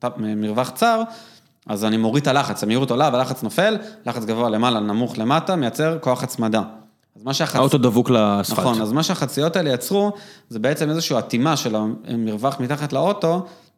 מרווח צר, אז אני מוריד את הלחץ, המהירות עולה והלחץ נופל, לחץ גבוה למעלה, נמוך למטה, מייצר כוח הצמדה. אז מה שהחציות... נכון, אז מה שהחציות האלה יצרו, זה בעצם איזושהי עטימה של המרווח מתחת לאוטו.